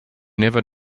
never